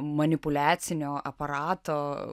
manipuliacinio aparato